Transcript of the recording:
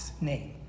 name